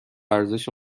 ارزش